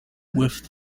with